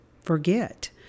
forget